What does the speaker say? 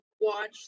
watch